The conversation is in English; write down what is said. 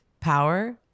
power